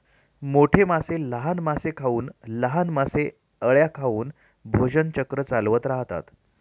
मोठे मासे लहान मासे खाऊन, लहान मासे अळ्या खाऊन भोजन चक्र चालवत राहतात